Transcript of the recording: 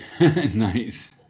Nice